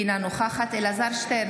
אינה נוכחת אלעזר שטרן,